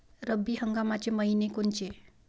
रब्बी हंगामाचे मइने कोनचे?